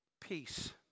peace